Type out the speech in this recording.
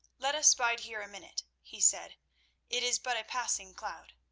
let us bide here a minute, he said it is but a passing cloud.